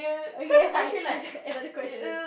okay fine answer another question